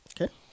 Okay